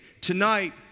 Tonight